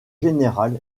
général